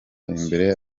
imbere